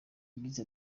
yagize